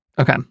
Okay